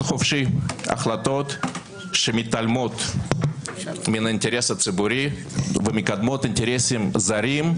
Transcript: חופשי החלטות שמתעלמות מן האינטרס הציבורי ומקדמות אינטרסים זרים,